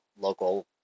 local